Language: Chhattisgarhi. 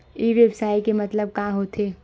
ई व्यवसाय के मतलब का होथे?